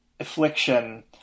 Affliction